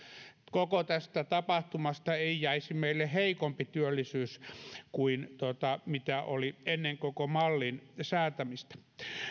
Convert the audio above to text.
koko tästä tapahtumasta ei jäisi meille heikompi työllisyys kuin mitä oli ennen koko mallin säätämistä